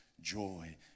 joy